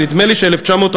נדמה לי ש-1940,